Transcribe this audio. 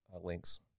links